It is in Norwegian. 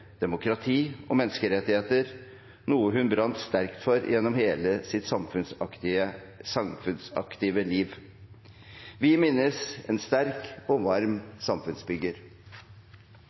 demokrati og menneskerettigheter, noe hun brant sterkt for gjennom hele sitt samfunnsaktive liv. Vi minnes en sterk og varm samfunnsbygger.